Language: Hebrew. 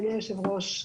אדוני היו"ר,